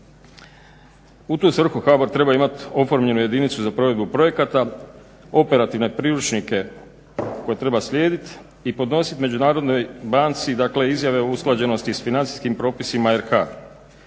U tu svrhu HBOR treba imati oformljenu jedinicu za provedbu projekata, operativne priručnike koje treba slijediti i podnositi međunarodnoj bransi dakle izjave o usklađenosti s financijskim propisima RH.